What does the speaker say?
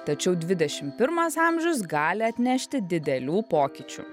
tačiau dvidešimt pirmas amžius gali atnešti didelių pokyčių